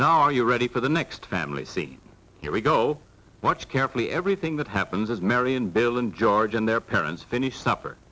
now are you ready for the next family see here we go watch carefully everything that happens as marion bill and george and their parents finish su